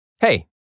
Hey